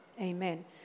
Amen